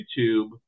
YouTube